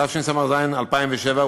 התשס"ז 2007,